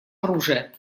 оружия